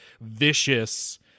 vicious